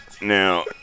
now